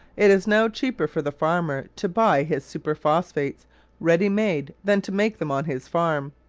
it is now cheaper for the farmer to buy his superphosphates ready made than to make them on his farm.